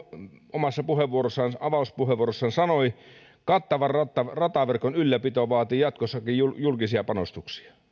omassa avauspuheenvuorossaan sanoi kattavan rataverkon ylläpito vaatii jatkossakin julkisia panostuksia